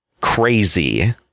crazy